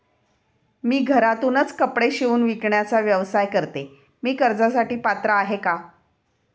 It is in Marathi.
मी घरातूनच कपडे शिवून विकण्याचा व्यवसाय करते, मी कर्जासाठी पात्र आहे का?